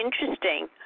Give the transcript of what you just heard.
interesting